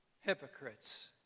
hypocrites